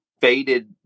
faded